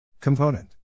component